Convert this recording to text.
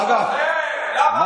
אה, משהו אחר.